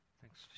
Thanks